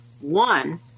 One